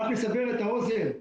רק לסבר את האוזן.